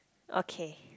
okay